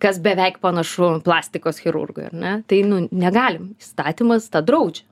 kas beveik panašu plastikos chirurgui ar ne tai nu negalim įstatymas tą draudžia